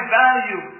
value